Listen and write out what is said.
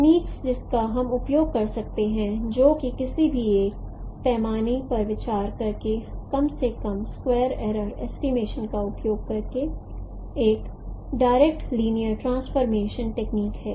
techniques जिनका हम उपयोग कर सकते हैं जो कि किसी एक पैमाने पर विचार करके कम से कम स्क्वेयर एरर एस्टीमेशंन का उपयोग करके एक डायरेक्ट लिनियर ट्रांसफॉर्मेशन टेक्निक है